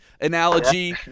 analogy